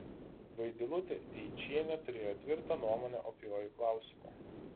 vaidilutė eičienė turėjo tvirtą nuomonę opiuoju klausimu